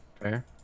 Fair